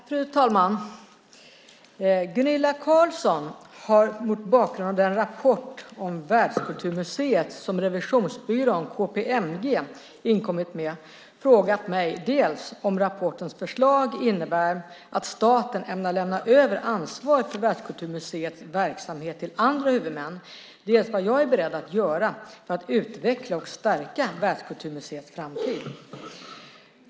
Fru talman! Gunilla Carlsson i Hisings Backa har, mot bakgrund av den rapport om Världskulturmuseet som revisionsbyrån KPMG inkommit med, frågat mig dels om rapportens förslag innebar att staten ämnar lämna över ansvaret för Världskulturmuseets verksamhet till andra huvudmän, dels vad jag är beredd att göra för att utveckla och stärka Världskulturmuseets framtid.